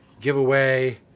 Giveaway